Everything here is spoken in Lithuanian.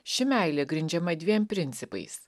ši meilė grindžiama dviem principais